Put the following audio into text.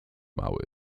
mały